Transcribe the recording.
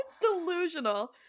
Delusional